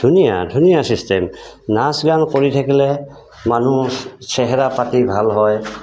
ধুনীয়া ধুনীয়া চিষ্টেম নাচ গান কৰি থাকিলে মানুহৰ চেহেৰা পাতি ভাল হয়